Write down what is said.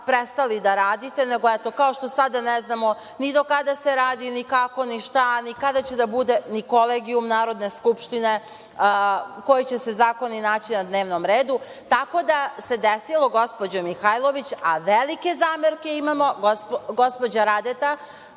prestali da radite, nego eto, kao što sada ne znamo ni do kada se radi, ni kako, ni šta, ni kada će da bude Kolegijum Narodne skupštine, koji će se zakoni naći na dnevnom redu. Tako da, desilo se, gospođo Mihajlović, a velike zamerke imamo. Gospođa Radeta,